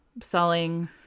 selling